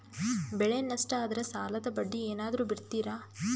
ಬೆಳೆ ನಷ್ಟ ಆದ್ರ ಸಾಲದ ಬಡ್ಡಿ ಏನಾದ್ರು ಬಿಡ್ತಿರಾ?